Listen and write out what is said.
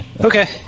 Okay